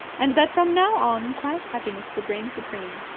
and that from now on quiet happiness would reign supreme.